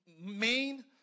main